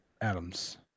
Adams